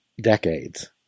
decades